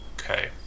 Okay